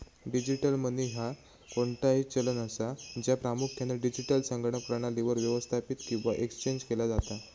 digital money ह्या कोणताही चलन असा, ज्या प्रामुख्यान डिजिटल संगणक प्रणालीवर व्यवस्थापित किंवा एक्सचेंज केला जाता